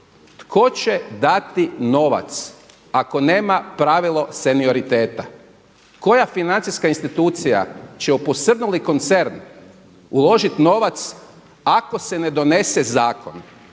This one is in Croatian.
Tko će dati novac ako nema pravilo senioriteta? Koja financijska institucija će u posrnuli koncert uložit novac ako se ne donese zakon